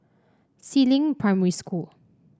Si Ling Primary School